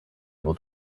able